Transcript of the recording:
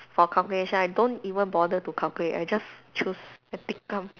for calculation I don't even bother to calculate I just choose I tikam